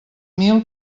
mil